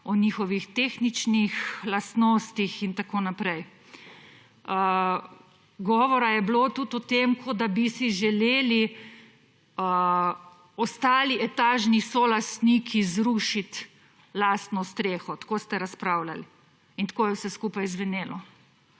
o njihovih tehničnih lastnostih in tako naprej. Govora je bilo tudi o tem, kot da bi si želeli ostali etažni solastniki zrušit lastno streho, tako ste razpravljal in tako je vse skupaj zvenelo